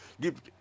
give